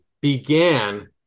began